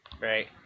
right